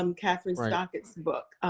um kathryn stockett's book.